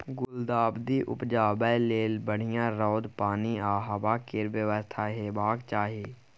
गुलदाउदी उपजाबै लेल बढ़ियाँ रौद, पानि आ हबा केर बेबस्था हेबाक चाही